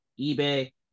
eBay